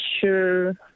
sure